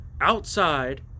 outside